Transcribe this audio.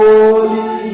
Holy